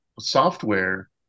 software